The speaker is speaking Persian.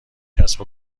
کسب